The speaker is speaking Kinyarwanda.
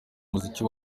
umuziki